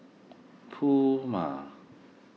Puma